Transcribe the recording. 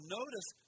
notice